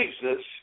Jesus